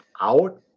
out